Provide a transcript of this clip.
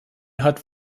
hat